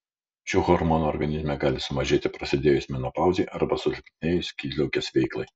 šių hormonų organizme gali sumažėti prasidėjus menopauzei arba susilpnėjus skydliaukės veiklai